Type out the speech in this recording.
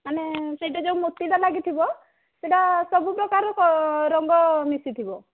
ମାନେ ସେଇଟା ଯେଉଁ ମୋତିଟା ଲାଗିଥିବ ସେଇଟା ସବୁ ପ୍ରକାର ରଙ୍ଗ ମିଶିଥିବ